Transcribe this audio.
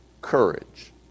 courage